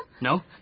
No